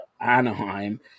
Anaheim